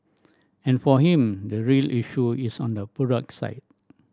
and for him the real issue is on the product side